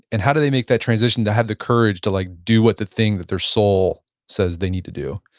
and how do they make that transition to have the courage to like do what the thing that their soul says they need to do?